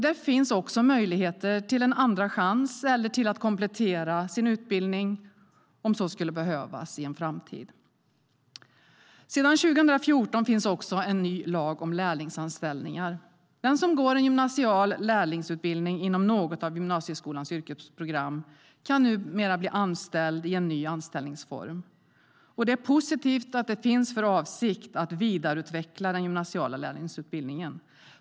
Där finns också möjligheter till en andra chans eller till att komplettera sin utbildning, om så skulle behövas i en framtid. Sedan 2014 finns också en ny lag om lärlingsanställningar. Den som går en gymnasial lärlingsutbildning inom något av gymnasieskolans yrkesprogram kan numera bli anställd i en ny anställningsform. Det är positivt att det finns en avsikt att vidareutveckla den gymnasiala lärlingsutbildningen.